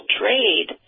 trade